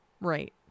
Right